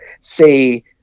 say